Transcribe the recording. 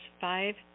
Five